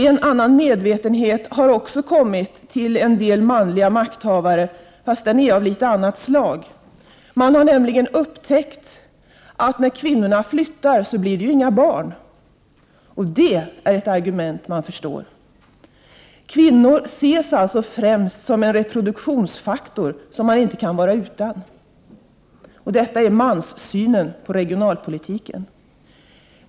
En annan medvetenhet har också kommit till en del manliga makthavare, fast den är i någon mån av annat slag. Man har nämligen upptäckt att det inte blir några barn när kvinnorna flyttar, och det är ett argument som man förstår. Kvinnor ses alltså främst som en reproduktionsfaktor som man inte kan vara utan. Detta är den manliga synen på regionalpolitiken.